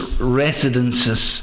residences